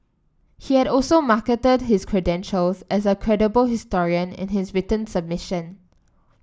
he had also marketed his credentials as a credible historian in his submission